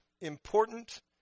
important